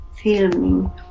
filming